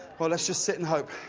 well, let's just sit and hope.